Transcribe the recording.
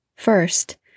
First